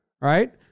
right